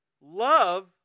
Love